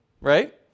right